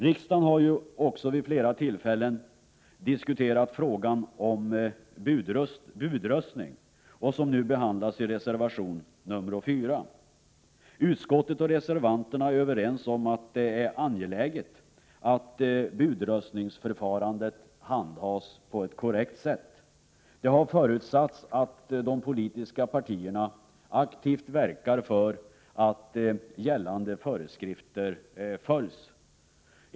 Riksdagen har vid flera olika tillfällen diskuterat frågan om budröstning, som nu behandlas i reservation 4. Utskottet och reservanterna är överens om att det är angeläget att budröstningsförfarandet handhas korrekt. Det har förutsatts att de politiska partierna aktivt skall verka för att gällande föreskrifter följs.